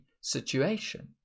situation